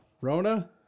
Rona